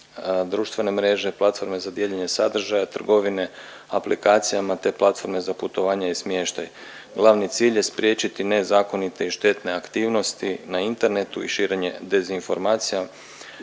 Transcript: društvene mreže, platforme za dijeljenje sadržaja, trgovine aplikacijama, te platforme za putovanje i smještaj. Glavni cilj je spriječiti nezakonite i štetne aktivnosti na internetu i širenje dezinformacija.